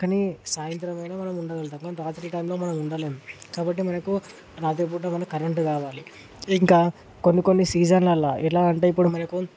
కానీ సాయంత్రం అయినా మనం ఉండగలుగుతాం కాని రాత్రి టైమ్లో మనం ఉండలెం కాబట్టి మనకు రాత్రిపూట మనకి కరెంట్ కావాలి ఇంకా కొన్ని కొన్ని సీజన్లల్లా ఎట్లా అంటే ఇప్పుడు మనకు